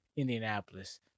Indianapolis